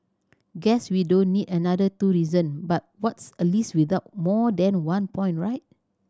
guess we don't need another two reasons but what's a list without more than one point right